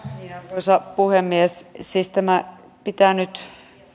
arvoisa puhemies siis tämä pitää nyt